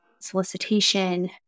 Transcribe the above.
solicitation